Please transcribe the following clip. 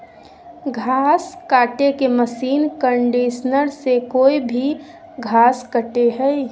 घास काटे के मशीन कंडीशनर से कोई भी घास कटे हइ